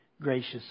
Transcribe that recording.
gracious